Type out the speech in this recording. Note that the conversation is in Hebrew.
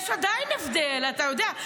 יש עדיין הבדל, אתה יודע.